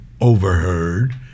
overheard